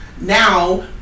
Now